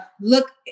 look